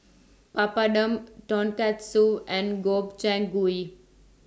Papadum Tonkatsu and Gobchang Gui